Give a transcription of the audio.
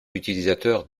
utilisateurs